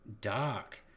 dark